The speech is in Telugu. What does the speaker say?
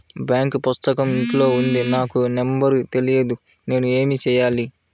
బాంక్ పుస్తకం ఇంట్లో ఉంది నాకు నంబర్ తెలియదు నేను ఏమి చెయ్యాలి?